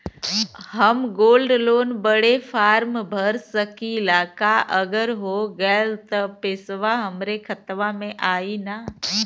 हम gold loan बड़े form भर सकी ला का अगर हो गैल त पेसवा हमरे खतवा में आई ना?